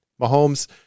Mahomes